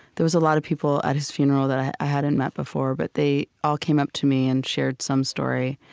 there was a lot of people at his funeral that i hadn't met before, but they all came up to me and shared some story.